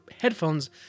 headphones